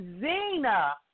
Zena